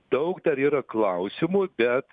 daug dar yra klausimų bet